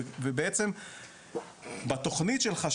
ובעצם בתכנית שלך,